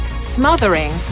smothering